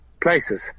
places